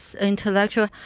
intellectual